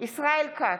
ישראל כץ,